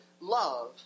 love